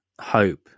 hope